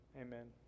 Amen